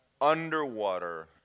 Underwater